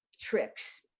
tricks